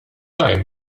time